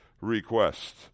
request